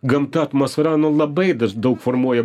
gamta atmosfera labai daug formuoja